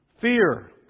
Fear